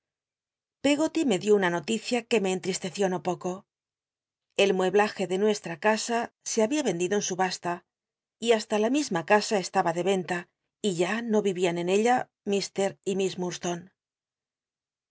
pcggoty me dió una noticia cflic me entristeció no poco el mueblaje de nuestra cnsn se habia vendido en subasta y hasta la misma casa estaba de cnla y ya no y vivían en ella y miss